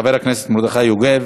חבר הכנסת מרדכי יוגב.